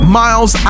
miles